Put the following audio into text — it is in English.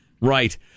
Right